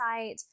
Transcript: site